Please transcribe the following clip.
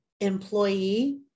employee